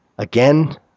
Again